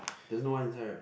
there's no one inside right